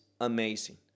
amazing